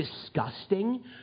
disgusting